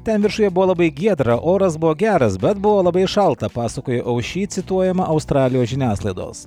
ten viršuje buvo labai giedra oras buvo geras bet buvo labai šalta pasakojo ou šy cituojama australijos žiniasklaidos